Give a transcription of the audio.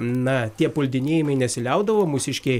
na tie puldinėjimai nesiliaudavo mūsiškiai